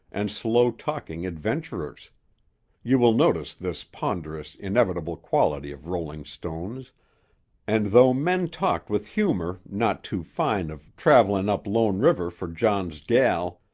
and slow-talking adventurers you will notice this ponderous, inevitable quality of rolling stones and though men talked with humor not too fine of travelin' up lone river for john's gel,